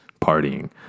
partying